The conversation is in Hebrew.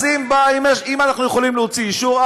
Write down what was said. אז אם אנחנו יכולים להוציא אישור,